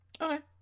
Okay